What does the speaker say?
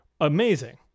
amazing